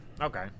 Okay